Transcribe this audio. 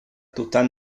tutan